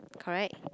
correct